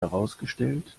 herausgestellt